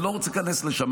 אני לא רוצה להיכנס לשם.